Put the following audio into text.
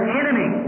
enemy